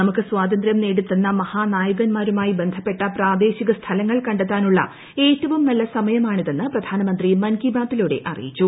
നമുക്ക് സ്വാതന്ത്യം നേടിതന്ന മഹാനായകന്മാരുമായി ബന്ധപ്പെട്ട പ്രാദേശിക സ്ഥലങ്ങൾ കണ്ടെത്താനുള്ള ഏറ്റവും നല്ല സമയമാണിതെന്ന് പ്രധാനമന്ത്രി മൻ കി ബാത്തിലൂടെ അറിയിച്ചു